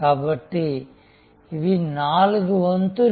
కాబట్టిఇవి నాలుగు వంతులు